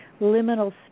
liminal